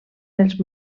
els